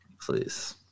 Please